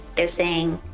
they're saying,